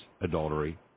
adultery